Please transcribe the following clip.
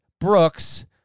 brooks